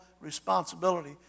responsibility